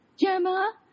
Gemma